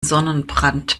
sonnenbrand